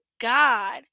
God